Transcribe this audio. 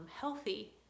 healthy